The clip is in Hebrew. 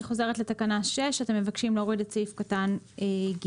בתקנה 6 אתם מבקשים להוריד את סעיף קטן (ג).